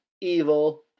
Evil